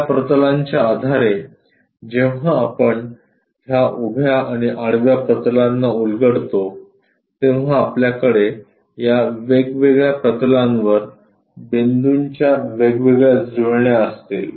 या प्रतलांच्या आधारे जेव्हा आपण ह्या उभ्या आणि आडव्या प्रतलांना उलगडतो तेव्हा आपल्याकडे या वेगवेगळ्या प्रतलांवर बिंदूंच्या वेगवेगळ्या जुळण्या असतील